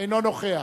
אינו נוכח